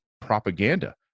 propaganda